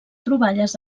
troballes